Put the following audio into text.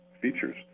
features